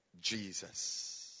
Jesus